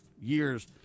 years